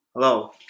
Hello